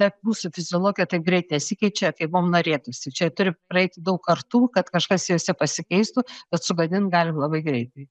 ta mūsų fiziologija taip greit nesikeičia kaip mum norėtųsi čia turi praeiti daug kartų kad kažkas jose pasikeistų bet sugadint galim labai greitai